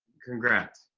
congrats.